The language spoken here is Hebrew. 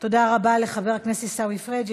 תודה רבה לחבר הכנסת עיסאווי פריג'.